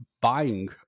buying